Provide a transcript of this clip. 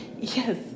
Yes